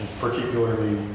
Particularly